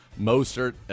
Mostert